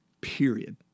period